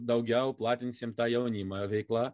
daugiau platinsim tą jaunimą veikla